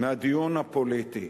מהדיון הפוליטי.